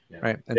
right